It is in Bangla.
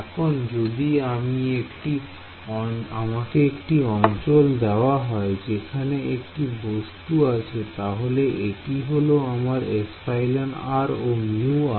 এখন যদি একটি অঞ্চল দেওয়া হয় যেখানে একটি বস্তু আছে তাহলে এটি হলো আমার εr ও μr